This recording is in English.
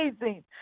amazing